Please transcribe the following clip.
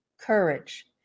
courage